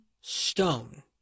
Stone